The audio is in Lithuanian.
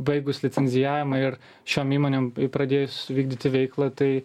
baigus licenzijavimą ir šiom įmonėm pradėjus vykdyti veiklą tai